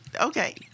Okay